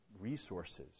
resources